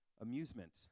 amusement